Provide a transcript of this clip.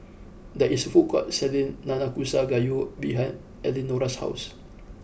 there is a food court selling Nanakusa Gayu behind Eleonora's house